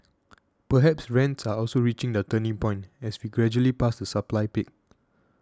perhaps rents are also reaching their turning point as we gradually pass the supply peak